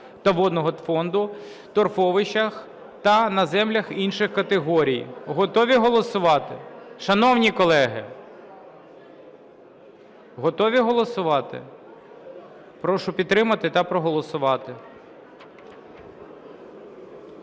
та водного фонду, торфовищах та на землях інших категорій. Готові голосувати? Шановні колеги, готові голосувати? Прошу підтримати та проголосувати.